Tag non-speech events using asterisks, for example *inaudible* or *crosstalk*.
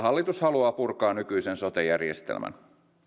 *unintelligible* hallitus haluaa purkaa nykyisen sote järjestelmän